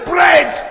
Bread